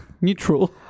neutral